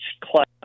class